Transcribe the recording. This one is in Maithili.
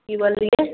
की बोललियै